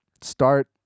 start